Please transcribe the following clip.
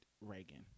Reagan